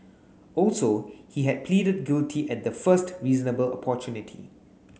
also he had pleaded guilty at the first reasonable opportunity